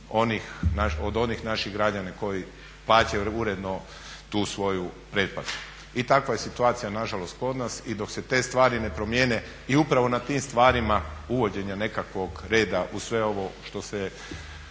od onih naših građana koji plaćaju uredno tu svoju pretplatu i takva je situacija nažalost kod nas. I dok se te stvari ne promijene i upravo na tim stvarima uvođenje nekakvog reda u sve ovo što se